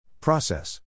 Process